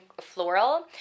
floral